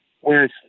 Whereas